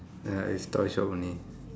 ya it's toy shop only